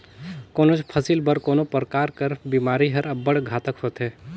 कोनोच फसिल बर कोनो परकार कर बेमारी हर अब्बड़ घातक होथे